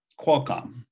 Qualcomm